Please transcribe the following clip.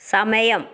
സമയം